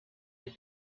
did